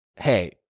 hey